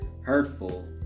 Hurtful